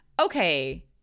Okay